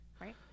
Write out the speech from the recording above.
right